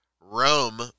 Rome